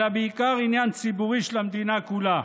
אלא בעיקר עניין ציבורי של המדינה כולה.